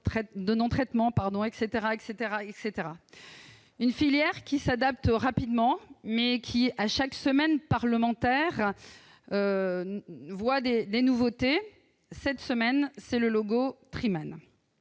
de non-traitement, etc. -, une filière qui s'adapte rapidement, mais pour laquelle chaque semaine parlementaire apporte des nouveautés. Cette semaine, c'est le logo Triman